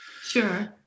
Sure